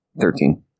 Thirteen